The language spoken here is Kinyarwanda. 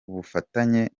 ubufatanye